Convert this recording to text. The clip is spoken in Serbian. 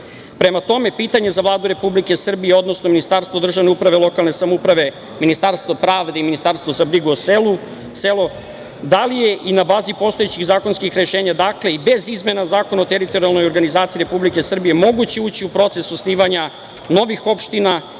tome, pitanje za Vladu Republike Srbije, odnosno Ministarstvo državne uprave i lokalne samouprave, Ministarstvo pravde i Ministarstvo za brigu o selo – da li je i na bazi postojećih zakonskih rešenja i bez izmena Zakona o teritorijalnoj organizaciji Republike Srbije moguće ući u proces osnivanja novih opština